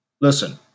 Listen